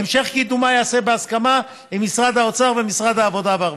המשך קידומה ייעשה בהסכמה עם משרד האוצר ומשרד העבודה והרווחה.